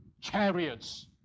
chariots